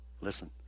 Listen